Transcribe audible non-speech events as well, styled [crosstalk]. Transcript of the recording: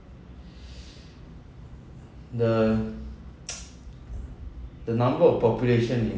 [breath] the [noise] the number of population in